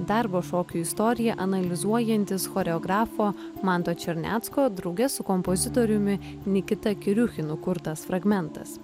darbo šokio istoriją analizuojantis choreografo manto černecko drauge su kompozitoriumi nikita kiriuchinu kurtas fragmentas